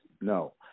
No